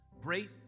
Great